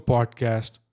Podcast